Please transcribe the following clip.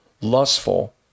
lustful